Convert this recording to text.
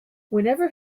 whenever